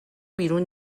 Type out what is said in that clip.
بیرون